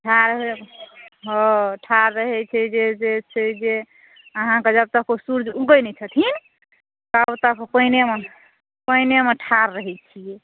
ठाढ़ हँ ठाढ़ रहए छै जे छै से अहाँके जब तक ओ सूर्य उगए नहि छथिन ताबत तक पानिमे ठाढ़ रहए छिऐ